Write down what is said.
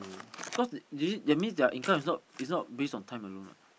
cause is it that means their income is not is not based on time alone eh